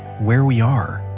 where we are,